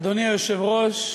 אדוני היושב-ראש,